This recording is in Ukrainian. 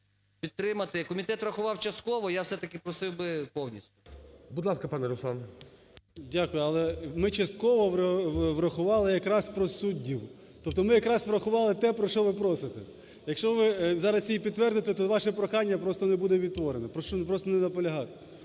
підтримати. Комітет врахував частково. Я все-таки просив би повністю. ГОЛОВУЮЧИЙ. Будь ласка, пане Руслан. 16:39:45 КНЯЗЕВИЧ Р.П. Дякую. Але ми частково врахували якраз про суддів. Тобто ми якраз врахували те, про що ви просите. Якщо ви зараз її підтвердите, то ваше прохання просто не буде відтворено. Прошу просто не наполягати.